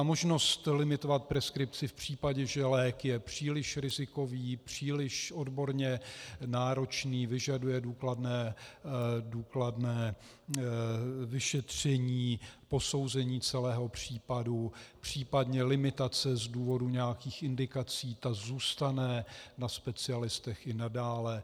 Možnost limitovat preskripci v případě, že lék je příliš rizikový, příliš odborně náročný, vyžaduje důkladné vyšetření, posouzení celého případu, případně limitace z důvodu nějakých indikací, to zůstane na specialistech i nadále.